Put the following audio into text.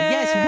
Yes